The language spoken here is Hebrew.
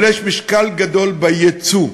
אבל יש משקל גדול ליצוא.